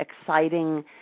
exciting